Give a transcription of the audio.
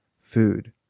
food